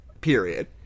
period